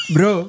Bro